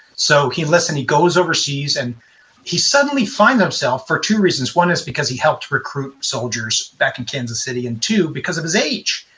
so he enlists and he goes oversees and he suddenly finds himself, for two reasons one is because he helped recruit soldiers back in kansas city, and two, because of his age.